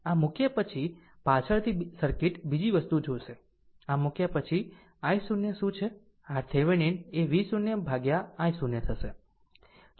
આ મૂક્યા પછી પાછળથી સર્કિટ બીજી વસ્તુ જોશે આ મૂક્યા પછી પછી i0 શું છે RThevenin એ V0 by i0 થશે